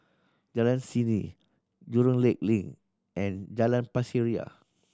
Jalan Seni Jurong Lake Link and Jalan Pasir Ria